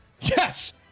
Yes